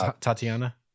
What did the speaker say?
Tatiana